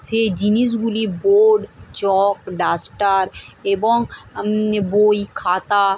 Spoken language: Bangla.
সেই জিনিসগুলি বোর্ড চক ডাস্টার এবং বই খাতা